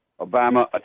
Obama